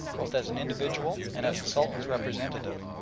both as an individual and as the sultan's representative,